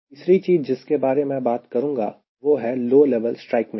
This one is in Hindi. तीसरी चीज जिसके बारे में बात करूंगा वह है low level strike mission